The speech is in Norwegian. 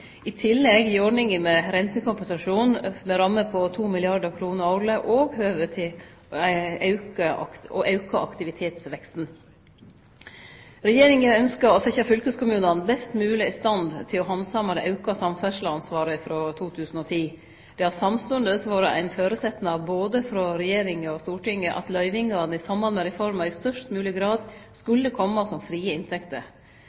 I tillegg gir ordninga med rentekompensasjon, med ei ramme på 2 milliardar kr årleg, òg høve til å auke aktivitetsveksten. Regjeringa ynskjer å setje fylkeskommunane i best mogleg stand til å handsame det auka samferdsleansvaret frå 2010. Det har samstundes vore ein føresetnad både frå Regjeringa og Stortinget at løyvingane i samband med reforma i størst mogleg grad